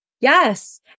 Yes